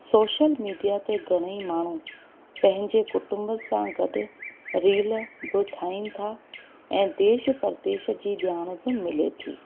social media ते घणेई माण्हू पंहिंजे कुटुंब सां गॾु रील बि ठाहिनि था ऐं देश परदेश जी ॼाण बि मिले थी